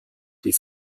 die